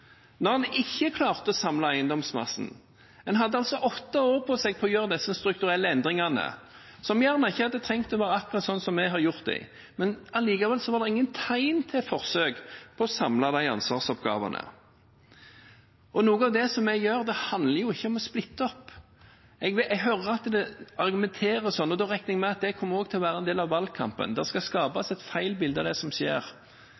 når en ikke klarte å samle eiendomsmassen. En hadde altså åtte år på seg til å gjøre disse strukturelle endringene, som ikke hadde trengt å være akkurat slik som de vi har gjort, men det var ingen tegn til forsøk på å samle disse ansvarsoppgavene. Det vi gjør, handler ikke om å splitte opp. Jeg hører at det argumenteres sånn, og da regner jeg med at det også kommer til å være en del av valgkampen. Det skal skapes et feil bilde av det som skjer,